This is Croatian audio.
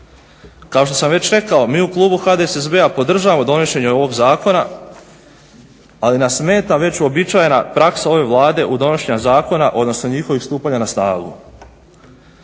Kao što sam već rekao, mi u klubu HDSSB-a podržavamo donošenje ovog zakona ali nas smeta već uobičajena praksa ove Vlade u donošenju zakona, odnosno njihovih stupanja na snagu.